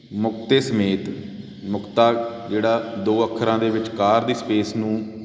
ਮੁਕਤੇ ਸਮੇਤ ਮੁਕਤਾ ਜਿਹੜਾ ਦੋ ਅੱਖਰਾਂ ਦੇ ਵਿਚਕਾਰ ਦੀ ਸਪੇਸ ਨੂੰ